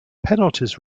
penalties